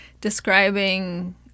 describing